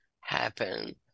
happen